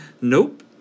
Nope